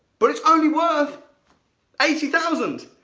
but it's only worth eighty thousand.